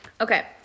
Okay